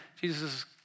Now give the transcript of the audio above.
Jesus